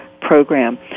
program